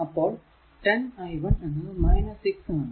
അപ്പോൾ 10 i 1 എന്നത് 6 ആണ്